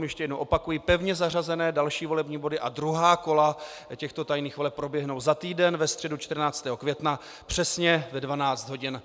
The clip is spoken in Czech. Ještě jednou opakuji, pevně zařazené další volební body a druhá kola těchto tajných voleb proběhnou za týden, ve středu 14. května, přesně ve 12.30 hodin.